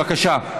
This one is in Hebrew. בבקשה.